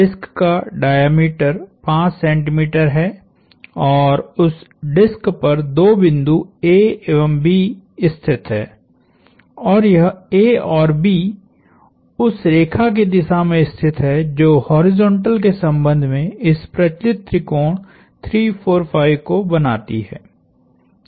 disc का diameter 5 centimetre है और उस डिस्क पर दो बिंदु A एवं B स्थित हैं और यह A और B उस रेखा की दिशा में स्थित हैं जो हॉरिजॉन्टल के संबंध में इस प्रचलित त्रिकोण 3 4 5 को बनाती है